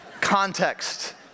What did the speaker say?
context